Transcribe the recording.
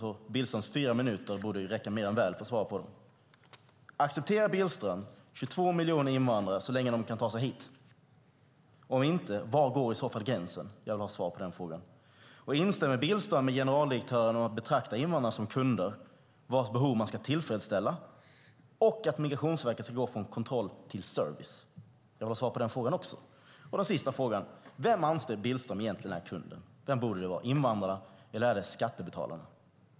Billströms fyra minuter borde räcka mer än väl för att svara på dem. Accepterar Billström 22 miljoner invandrare så länge de kan ta sig hit? Om inte, var går i så fall gränsen? Jag vill ha svar på den frågan. Instämmer Billström med generaldirektören i att betrakta invandrare som kunder vars behov man ska tillfredsställa och att Migrationsverket ska gå från kontroll till service? Jag vill ha svar på den frågan också. Den sista frågan är: Vem anser Billström att den egentliga kunden är? Borde det vara invandrarna eller skattebetalarna?